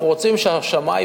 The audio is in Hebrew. אנחנו רוצים שהשמאי,